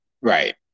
Right